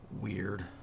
weird